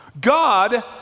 God